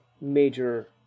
major